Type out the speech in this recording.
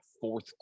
fourth